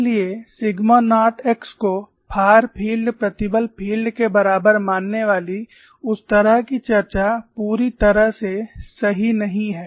इसलिए sigma naught x को far field प्रतिबल फील्ड के बराबर मानने वाली उस तरह की चर्चा पूरी तरह से सही नहीं है